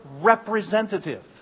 representative